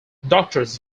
doctors